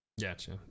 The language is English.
Gotcha